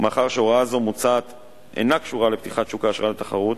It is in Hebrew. ומאחר שהוראה מוצעת זו אינה קשורה לפתיחת שוק האשראי לתחרות,